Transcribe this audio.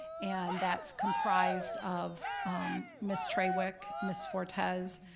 and that's comprised of miss trawick, miss fortes,